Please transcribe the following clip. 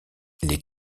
les